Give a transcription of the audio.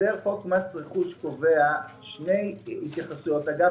הסדר חוק מס רכוש קובע שתי התייחסויות אגב